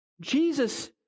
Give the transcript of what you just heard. Jesus